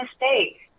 mistake